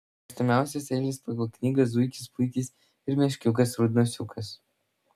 mėgstamiausios eilės pagal knygą zuikis puikis ir meškiukas rudnosiukas